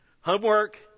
Homework